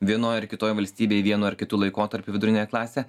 vienoj ar kitoj valstybėj vienu ar kitu laikotarpiu viduriniąją klasę